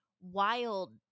wild